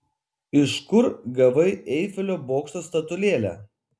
iš kur gavai eifelio bokšto statulėlę